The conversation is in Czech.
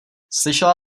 slyšela